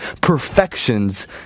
perfections